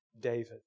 David